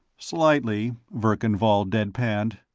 slightly, verkan vall deadpanned.